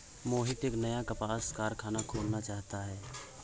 मोहित एक नया कपास कारख़ाना खोलना चाहता है